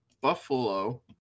Buffalo